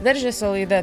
veržiasi laida